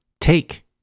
Take